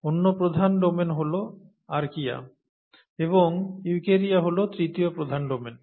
অন্য প্রধান ডোমেন হল আরচিয়া এবং ইউক্যারিয়া হল তৃতীয় প্রধান ডোমেন